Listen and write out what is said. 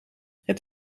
het